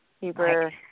super